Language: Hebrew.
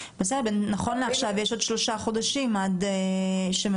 נכון לעכשיו, יש עוד חודשיים עד שמבקשים.